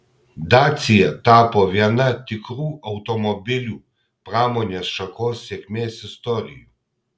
dacia tapo viena tikrų automobilių pramonės šakos sėkmės istorijų